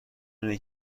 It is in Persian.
اینه